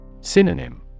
Synonym